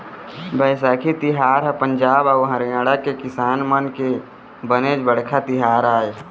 बइसाखी तिहार ह पंजाब अउ हरियाणा के किसान मन के बनेच बड़का तिहार आय